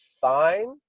fine